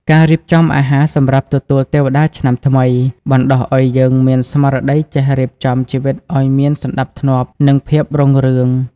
ការរៀបចំអាហារសម្រាប់ទទួលទេវតាឆ្នាំថ្មី បណ្ដុះឱ្យយើងមានស្មារតីចេះរៀបចំជីវិតឱ្យមានសណ្ដាប់ធ្នាប់ និងភាពរុងរឿង។